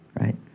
right